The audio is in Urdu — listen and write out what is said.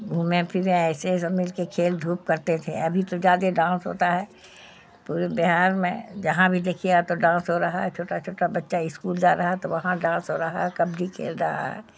گھومیں پھریں ایسے سب مل کے کھیل دھوپ کرتے تھے ابھی تو زیادہ ڈانس ہوتا ہے پورے بہار میں جہاں بھی دیکھیے یا تو ڈانس ہو رہا ہے چھوٹا چھوٹا بچہ اسکول جا رہا ہے تو وہاں ڈانس ہو رہا کبڈی کھیل رہا ہے